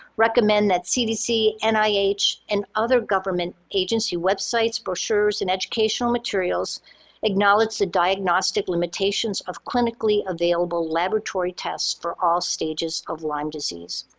recommend that cdc, and nih, and other government agency websites, brochures, and educational materials acknowledge the diagnostic limitations of clinically available laboratory tests for all stages of lyme disease.